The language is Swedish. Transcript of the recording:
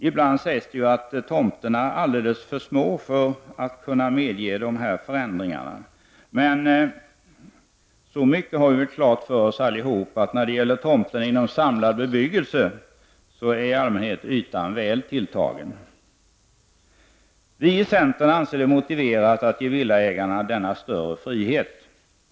Ibland sägs det att tomterna är alldeles för små för att kunna medge dessa förändringar. Så mycket har vi väl alla dock klart för oss, att när det gäller tomter inom samlad bebyggelse är i allmänhet ytan väl tilltagen. Centern anser det motiverat att ge villaägaren denna större frihet.